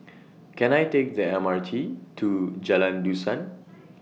Can I Take The M R T to Jalan Dusan